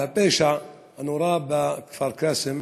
על הפשע הנורא בכפר קאסם